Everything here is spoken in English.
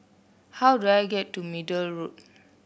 how do I get to Middle Road